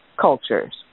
cultures